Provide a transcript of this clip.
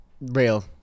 Real